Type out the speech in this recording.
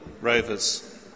Rovers